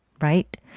Right